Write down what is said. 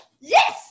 yes